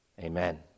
Amen